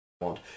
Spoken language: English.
want